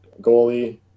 goalie